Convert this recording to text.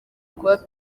kuba